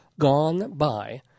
goneby